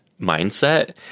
mindset